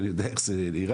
ואני יודע איך זה נראה.